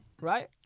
Right